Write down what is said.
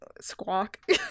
squawk